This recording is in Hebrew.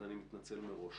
אז אני מתנצל מראש.